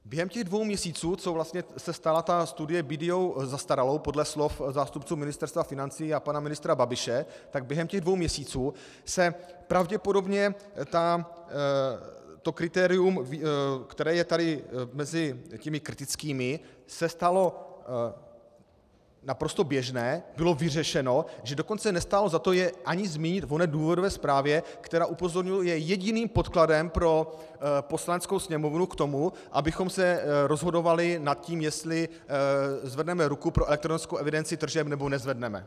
Během dvou měsíců, co vlastně se stala ta studie BDO zastaralou podle slov zástupců Ministerstva financí a pana ministra Babiše, tak během těch dvou měsíců se pravděpodobně to kritérium, které je tady mezi těmi kritickými, stalo naprosto běžné, bylo vyřešeno, že dokonce nestálo za to jej ani zmínit v oné důvodové zprávě, která, upozorňuji, je jediným podkladem pro Poslaneckou sněmovnu k tomu, abychom se rozhodovali nad tím, jestli zvedneme ruku pro elektronickou evidenci tržeb, nebo nezvedneme.